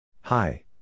Hi